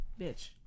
bitch